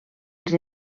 els